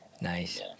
Nice